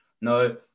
no